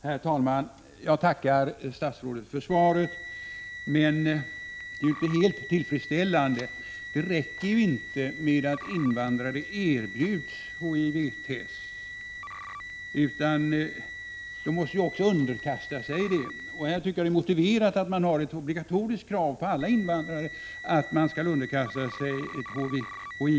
Herr talman! Jag tackar statsrådet för svaret, men det är inte helt tillfredsställande. Det räcker inte med att invandrare, särskilt från riskområdena, erbjuds HIV-test — de måste ju också underkasta sig det. Jag tycker det är motiverat att man har ett obligatoriskt krav på alla invandrare att underkasta sig ett HIV-test.